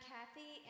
Kathy